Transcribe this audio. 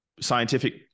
scientific